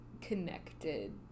connected